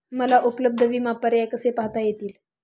मला उपलब्ध विमा पर्याय कसे पाहता येतील?